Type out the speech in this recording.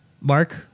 mark